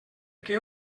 què